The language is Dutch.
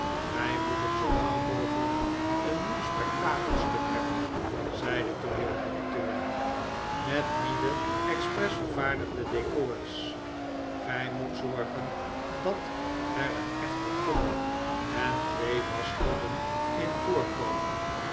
wij moeten zoo gauw mogelijk een nieuw spektakelstuk hebben zei de tooneeldirecteur met nieuwe expres vervaardigde decors gij moet zorgen dat er een echte pomp en twee waschtobben in voorkomen